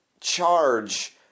charge